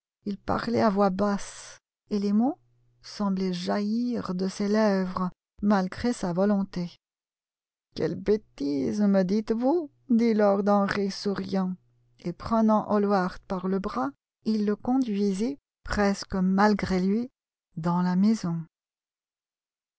il parlait à voix basse et les mots semblaient jaillir de ses lèvres malgré sa volonté quelle bêtise me dites-vous dit lord henry souriant et prenant hallward par le bras il le conduisit presque malgré lui dans la maison